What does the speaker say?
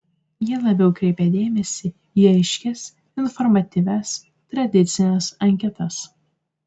jie labiau kreipia dėmesį į aiškias informatyvias tradicines anketas